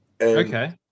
Okay